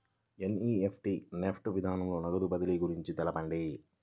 NEFT NEFT విధానంలో నగదు బదిలీ గురించి తెలుపండి?